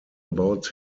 about